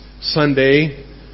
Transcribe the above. Sunday